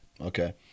okay